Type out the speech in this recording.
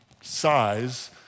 size